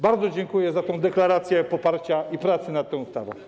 Bardzo dziękuję za tę deklarację poparcia i pracy nad tą ustawą.